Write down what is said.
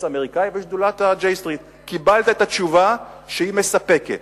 האמריקני ושדולת ה- J Street וקיבלת את התשובה שהיא מספקת.